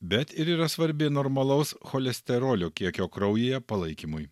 bet ir yra svarbi normalaus cholesterolio kiekio kraujyje palaikymui